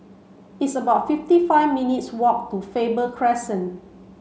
it's about fifty five minutes' walk to Faber Crescent